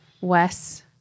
Wes